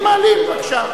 מעלים, בבקשה.